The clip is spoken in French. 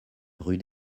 rue